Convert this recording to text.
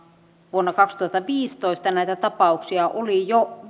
vuonna kaksituhattaviisitoista näitä tapauksia oli jo